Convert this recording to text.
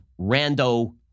rando